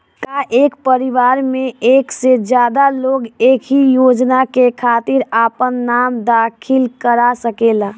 का एक परिवार में एक से ज्यादा लोग एक ही योजना के खातिर आपन नाम दाखिल करा सकेला?